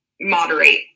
moderate